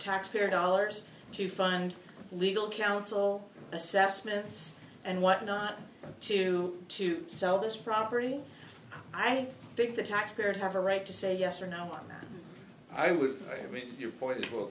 taxpayer dollars to fund legal counsel assessments and whatnot to to sell this property i think the taxpayers have a right to say yes or no i'm with your point it will